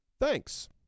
Thanks